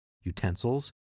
utensils